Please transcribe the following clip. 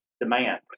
demand